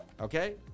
Okay